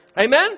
Amen